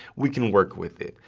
we can work with it,